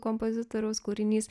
kompozitoriaus kūrinys